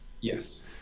Yes